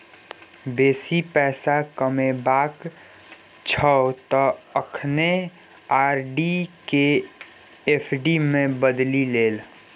बेसी पैसा कमेबाक छौ त अखने आर.डी केँ एफ.डी मे बदलि ले